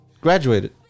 graduated